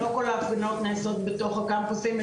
לא כל ההפגנות נעשות בתוך הקמפוסים.